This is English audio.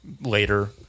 later